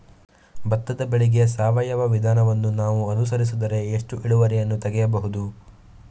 ಭತ್ತದ ಬೆಳೆಗೆ ಸಾವಯವ ವಿಧಾನವನ್ನು ನಾವು ಅನುಸರಿಸಿದರೆ ಎಷ್ಟು ಇಳುವರಿಯನ್ನು ತೆಗೆಯಬಹುದು?